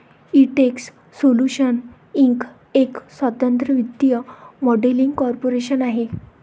Intex solutions inc एक स्वतंत्र वित्तीय मॉडेलिंग कॉर्पोरेशन आहे